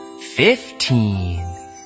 fifteen